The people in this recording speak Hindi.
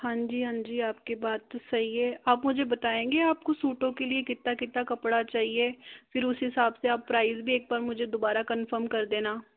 हाँ जी हाँ जी आपकी बात तो सही है आप मुझे बताएंगे आपको सूटों के लिए कितना कितना कपड़ा चाहिए फिर उस हिसाब से आप प्राइस भी एक बार मुझे दोबारा कन्फर्म कर देना